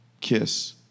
kiss